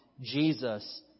Jesus